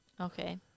Okay